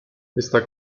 está